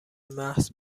محض